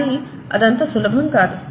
కానీ అది అంత సులభం కాదు